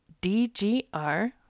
D-G-R